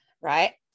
right